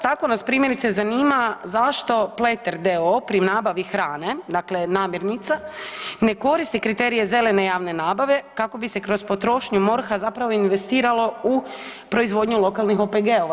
Tako nas primjerice zanima zašto Pleter d.o.o. pri nabavi hrane, dakle namirnica, ne koristi kriterije zelene javne nabave kako bi se kroz potrošnju MORH-a zapravo investiralo u proizvodnju lokalnih OPG-ova.